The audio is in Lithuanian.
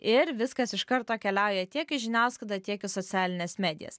ir viskas iš karto keliauja tiek į žiniasklaidą tiek socialines medijas